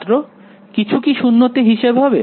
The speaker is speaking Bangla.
ছাত্র কিছু কি 0 তে হিসেব হবে